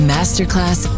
Masterclass